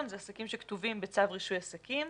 זה עסקים שכתובים בצו רישוי עסקים,